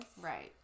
right